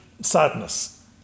sadness